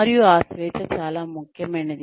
మరియు ఆ స్వేచ్ఛ చాలా ముఖ్యమైనది